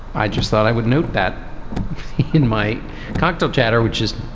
i just thought i would note that in my cocktail chatter, which is